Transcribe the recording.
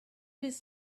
his